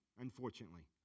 unfortunately